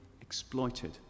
exploited